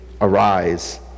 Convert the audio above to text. arise